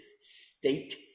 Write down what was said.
state